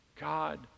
God